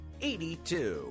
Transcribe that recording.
82